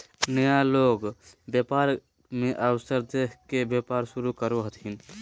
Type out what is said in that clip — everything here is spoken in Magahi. नया लोग बाजार मे अवसर देख के व्यापार शुरू करो हथिन